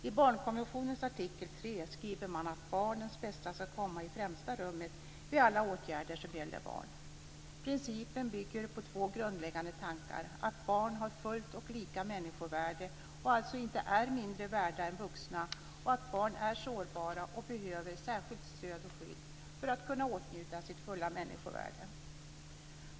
I barnkonventionens artikel 3 skriver man att barnens bästa ska komma i främsta rummet vid alla åtgärder som gäller barn. Principen bygger på två grundläggande tankar: att barn har fullt och lika människovärde och alltså inte är mindre värda än vuxna och att barn är sårbara och behöver särskilt stöd och skydd för att kunna åtnjuta sitt fulla människovärde.